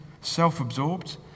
self-absorbed